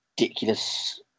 ridiculous